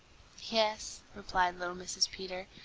yes, replied little mrs. peter,